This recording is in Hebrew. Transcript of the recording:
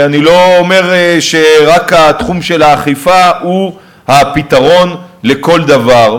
אני לא אומר שרק התחום של האכיפה הוא הפתרון לכל דבר,